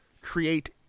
create